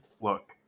Look